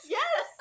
yes